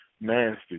nasty